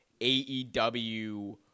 AEW